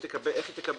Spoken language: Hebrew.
איך היא בדיוק תקבל?